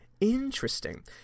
Interesting